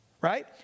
right